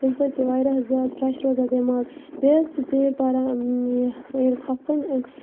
تمہِ سۭتۍ چھِ واریاہ زیادٕ فرٛٮ۪ش روزان دٮ۪ماغ بیٚیہِ حظ چھِ ژیٖر پَران یہِ ییٚلہِ کھۄفتَن